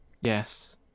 Yes